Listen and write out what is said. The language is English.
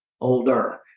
older